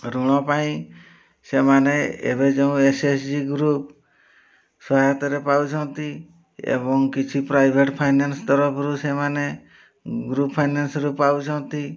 ଋଣ ପାଇଁ ସେମାନେ ଏବେ ଯେଉଁ ଏସ ଏଚ ଜି ଗ୍ରୁପ୍ ସହାୟତରେ ପାଉଛନ୍ତି ଏବଂ କିଛି ପ୍ରାଇଭେଟ୍ ଫାଇନାନ୍ସ ତରଫରୁ ସେମାନେ ଗ୍ରୁପ୍ ଫାଇନାନ୍ସରୁ ପାଉଛନ୍ତି